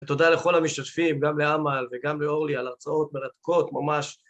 תודה לכל המשתתפים, גם לאמל וגם לאורלי על הרצאות מרתקות ממש